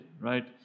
right